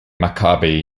maccabi